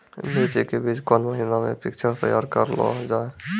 मिर्ची के बीज कौन महीना मे पिक्चर तैयार करऽ लो जा?